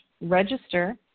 register